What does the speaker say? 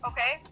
Okay